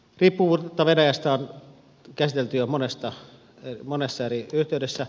riippuvuutta venäjästä on käsitelty jo monessa eri yhteydessä